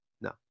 no